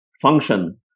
function